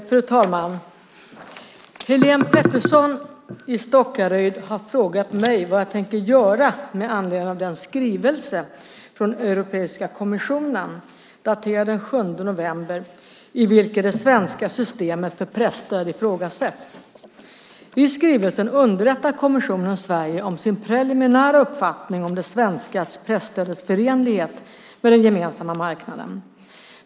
Fru talman! Helene Petersson i Stockaryd har frågat mig vad jag tänker göra med anledning av den skrivelse från Europeiska kommissionen daterad den 7 november i vilken det svenska systemet för presstöd ifrågasätts. I skrivelsen underrättar kommissionen Sverige om sin preliminära uppfattning om det svenska presstödets förenlighet med den gemensamma marknaden.